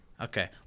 Okay